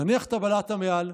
תניח את הבלטה מעל,